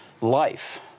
life